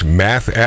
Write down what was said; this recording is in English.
math